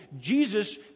Jesus